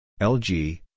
LG